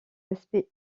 aspects